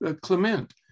Clement